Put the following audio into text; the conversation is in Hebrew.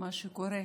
למה שקורה?